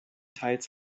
teils